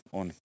on